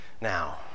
Now